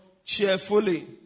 cheerfully